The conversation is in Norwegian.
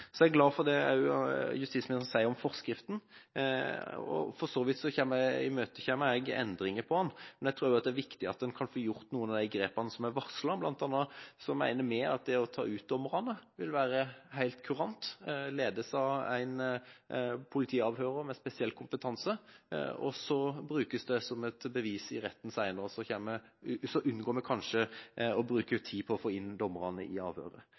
Så er jeg også glad for det justisministeren sa om forskriften. For så vidt imøteser jeg endringer i den, men jeg tror også det er viktig at en kan få gjort noen av de grepene som er varslet. Blant annet mener vi at det å ta ut dommerne vil være helt kurant. Avhørene kan ledes av en politiavhører med spesiell kompetanse, og så brukes det som et bevis i retten senere. Sånn unngår vi kanskje å bruke tid på å få inn dommerne i